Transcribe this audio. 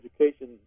education